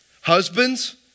Husbands